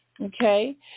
Okay